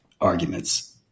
arguments